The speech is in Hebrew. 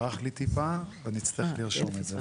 יש לי משהו שברח לי טיפה ואני אצטרך לרשום את זה.